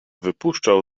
wypuszczał